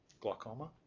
glaucoma